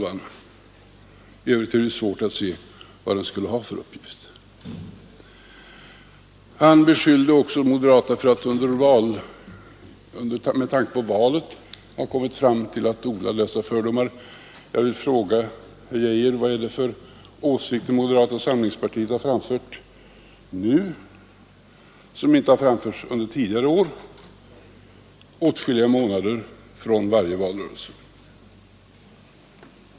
I övrigt är det svårt att se vad den skulle tjäna för ändamål. Justitieministern beskyllde också moderaterna för att odla dessa fördomar med tanke på valet. Jag vill fråga herr Geijer: Vad är det för åsikter moderata samlingspartiet har framfört nu som inte har framförts under tidigare år, åtskilliga månader från varje valrörelse?